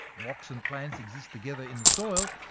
rocks and plants exist together in the soil,